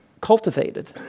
cultivated